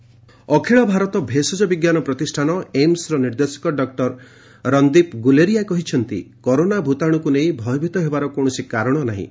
Guleria corona ଅଖିଳ ଭାରତ ଭେଷଜ ବିଜ୍ଞାନ ପ୍ରତିଷ୍ଠାନ ଏମ୍ସ୍ର ନିର୍ଦ୍ଦେଶକ ଡକୁର ରନ୍ଦୀପ ଗୁଲେରିଆ କହିଛନ୍ତି କରୋନା ଭୂତାଣୁକୁ ନେଇ ଭୟଭୀତ ହେବାର କୌଣସି କାରଣ ନାହିଁ